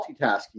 multitasking